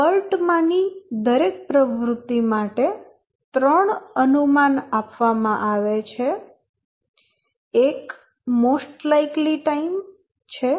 PERT માંની દરેક પ્રવૃત્તિ માટે 3 અનુમાન આપવામાં આવે છે એક મોસ્ટ લાઇકલી ટાઈમ છે